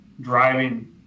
driving